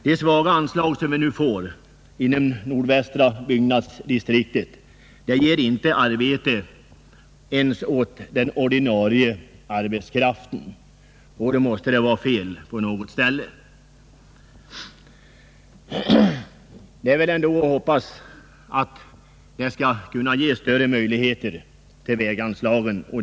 De svaga anslag som vi nu får i det nordvästra byggnadsdistriktet ger inte arbete ens åt den ordinarie arbetskraften. Då måste det vara fel på något ställe. Det är väl ändå att hoppas att det skall kunna ges möjligheter till högre väganslag.